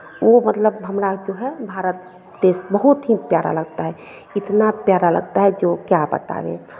वो मतलब हमारा जो है भारत देश बहुत ही प्यारा लगता है इतना प्यारा लगता है जो क्या बतावें